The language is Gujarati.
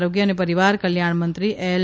આરોગ્ય ને પરીવાર કલ્યાણ મંત્રી એલ